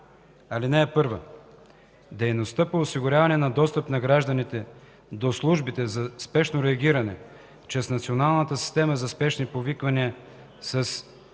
Чл. 17а. (1) Дейността по осигуряване на достъп на гражданите до службите за спешно реагиране чрез Националната система за спешни повиквания с